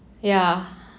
ya